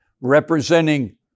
Representing